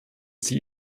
die